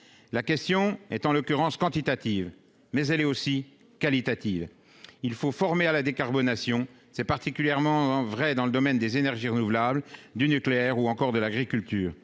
la question est, en l'occurrence quantitative, mais elle est aussi qualitative, il faut former à la décarbonation, c'est particulièrement vrai dans le domaine des énergies renouvelables du nucléaire ou encore de l'agriculture